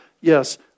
yes